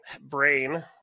brain